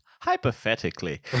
Hypothetically